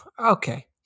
okay